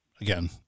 again